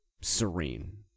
serene